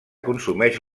consumeix